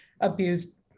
abused